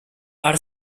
are